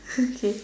okay